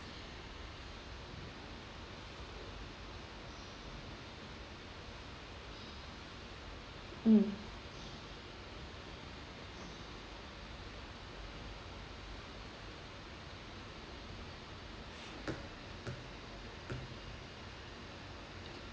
mm